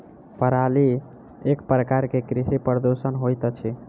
पराली एक प्रकार के कृषि प्रदूषण होइत अछि